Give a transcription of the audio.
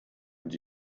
und